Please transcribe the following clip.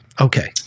Okay